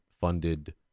funded